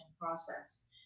process